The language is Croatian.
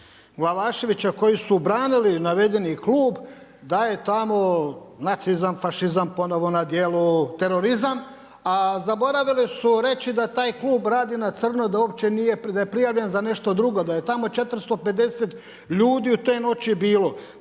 Glavaševića koji su branili navedeni klub da je tamo nacizam, fašizam, ponovno na djelu terorizam a zaboravili su reći da taj klub radi na crno, da uopće nije, da je prijavljen za nešto drugo, da je tamo 450 ljudi te noći bilo,